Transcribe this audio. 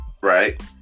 Right